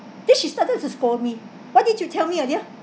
then she started to scold me why didn't you tell me earlier